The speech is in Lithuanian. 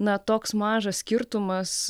na toks mažas skirtumas